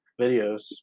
videos